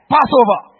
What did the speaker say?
Passover